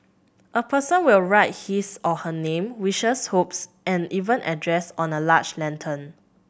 a person will write his or her name wishes hopes and even address on a large lantern